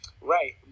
Right